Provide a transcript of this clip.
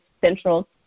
central